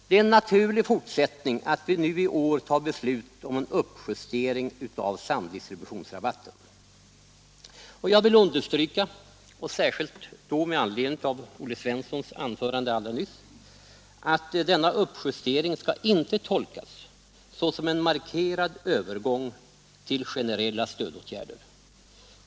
Det är en naturlig fortsättning att vi i år tar beslut om en uppjustering av samdistributionsrabatten. Jag vill understryka, särskilt med anledning av Olle Svenssons anförande alldeles nyss, att denna uppjustering inte skall tolkas såsom en markerad övergång till generella stödåtgärder.